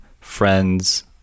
friends